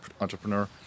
entrepreneur